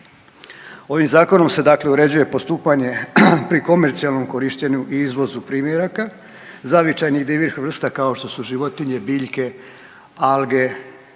Ovim zakonom se, dakle uređuje postupanje pri komercijalnom korištenju i izvozu primjeraka zavičajnih divljih vrsta kao što su životinje, biljke, alge,